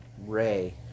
Ray